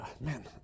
man